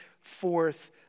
forth